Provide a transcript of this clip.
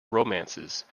romances